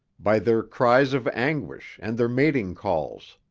by their cries of anguish and their mating calls.